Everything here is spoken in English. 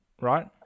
right